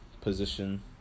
position